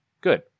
Good